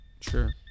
Sure